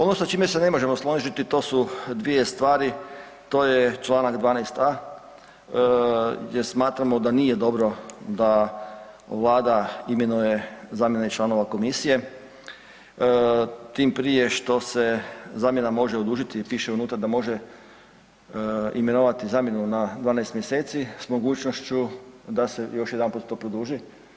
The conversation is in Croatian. Ono sa čime se ne možemo složiti to su dvije stvari, to je čl. 12.a jer smatramo da nije dobro da Vlada imenuje zamjenike i članove komisije, tim prije što se zamjena može odužiti, piše unutra da može imenovati zamjenu na 12 mjeseci s mogućnošću da se to još jedanput produži.